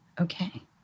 Okay